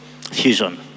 Fusion